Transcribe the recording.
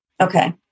Okay